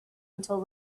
until